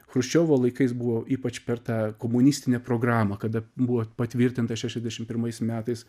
chruščiovo laikais buvo ypač per tą komunistinę programą kada buvo patvirtintas šešiasdešim pirmais metais